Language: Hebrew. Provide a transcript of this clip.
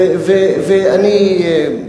אני מניח,